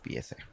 PSA